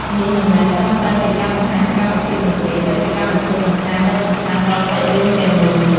នេះមិនមែនត្រឹមតែជាការបង្ហាញសកម្មភាពនោះទេ តែជាការបំពេញបន្ថែមដ៏សំខាន់ដល់សាច់រឿងទាំងមូល។